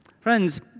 friends